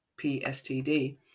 PSTD